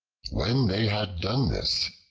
when they had done this,